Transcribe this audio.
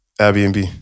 Airbnb